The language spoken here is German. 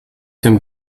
dem